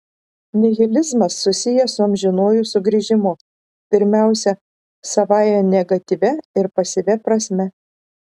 nihilizmas susijęs su amžinuoju sugrįžimu pirmiausia savąja negatyvia ir pasyvia prasme